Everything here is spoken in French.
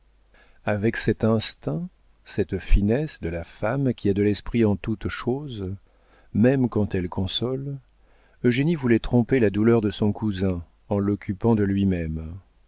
avec cet instinct cette finesse de la femme qui a de l'esprit en toute chose même quand elle console eugénie voulait tromper la douleur de son cousin en l'occupant de lui-même